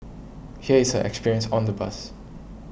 here is her experience on the bus